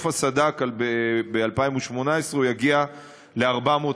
בסוף הסד"כ, ב-2018, הוא יגיע ל-450.